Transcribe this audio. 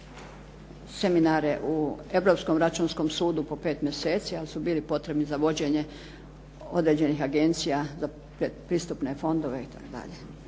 seminare u Europskom računskom sudu po 5 mjeseci ali su bili potrebni za vođenje određenih agencija za predpristupne fondove itd.